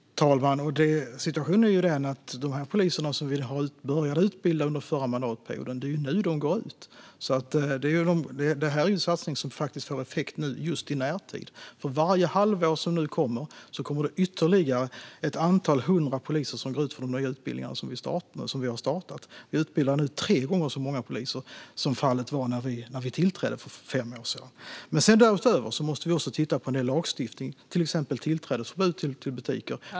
Fru talman! Situationen är den att de poliser som vi började utbilda under den förra mandatperioden går ut nu. Detta är en satsning som faktiskt får effekt i närtid. För varje halvår kommer nu ytterligare ett antal hundra poliser att gå ut de nya utbildningar som vi har startat. Vi utbildar nu tre gånger så många poliser än vad som var fallet när vi tillträdde för fem år sedan. Därutöver måste vi titta på en del lagstiftning, till exempel tillträdesförbud till butiker.